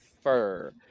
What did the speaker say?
fur